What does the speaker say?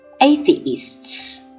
Atheists